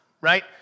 right